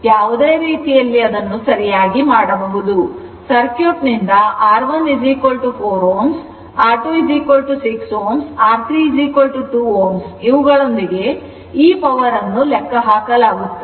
ಯಾವುದೇ ರೀತಿಯಲ್ಲಿ ಅದನ್ನು ಸರಿಯಾಗಿ ಮಾಡಬಹುದು ಸರ್ಕ್ಯೂಟ್ನಿಂದ R1 4 Ω R2 6 Ω R3 2 Ω ಇವುಗಳೊಂದಿಗೆ ಈ ಪವರ್ ಅನ್ನು ಲೆಕ್ಕಹಾಕಲಾಗುತ್ತದೆ